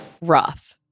Rough